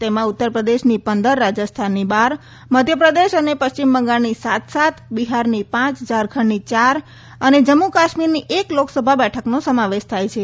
તેમાં ઉત્તર પ્રદેશની પંદર રાજસ્થાનની બાર મધ્ય પ્રદેશ અને પશ્ચિમ બંગાળની સાત સાત બિહારની પાંચ જારખંડની ચાર અને જમ્મુ કાશ્મીરની એક લોકસભા બેઠકનો સમાવેશ થાય છે